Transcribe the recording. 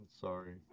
sorry